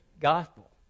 gospel